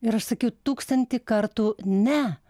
ir aš sakiau tūkstantį kartų ne